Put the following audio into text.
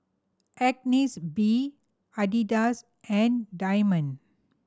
Agnes B Adidas and Diamond